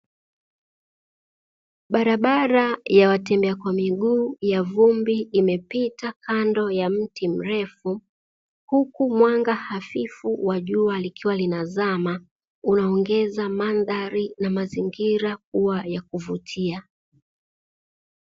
Barabara ya watembea kwa miguu ya vumbi imepita kando ya mti mrefu, huku mwanga hafifu wa jua likiwa linazama unaongeza madhari na mazingira kuwa ya kuvutia.